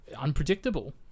unpredictable